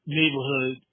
neighborhood